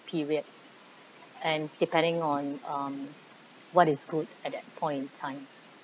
period and depending on um what is good at that point in time